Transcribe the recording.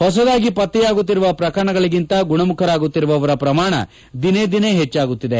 ಹೊಸದಾಗಿ ಪತ್ತೆಯಾಗುತ್ತಿರುವ ಪ್ರಕರಣಗಳಿಗಿಂತ ಗುಣಮುಖರಾಗುತ್ತಿರುವವರ ಪ್ರಮಾಣ ದಿನೇ ದಿನೇ ಹೆಚ್ಚಾಗುತ್ತಿದೆ